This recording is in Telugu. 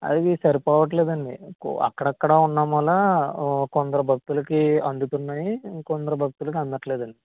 అవి సరిపొవట్లేదు అండి అక్కడక్కడా ఉన్నమొల కొందరు భక్తులకి అందుతున్నాయి కొందరు భక్తులకి అందట్లేదండీ